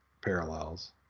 parallels